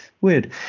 Weird